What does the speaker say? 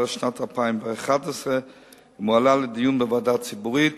לשנת 2011 ומועלה לדיון בוועדה הציבורית